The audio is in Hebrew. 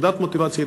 ירידת מוטיבציה,